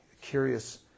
curious